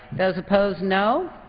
those opposed, no.